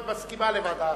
את מסכימה לוועדה.